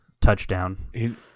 touchdown